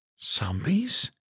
Zombies